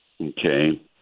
Okay